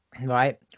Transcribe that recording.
right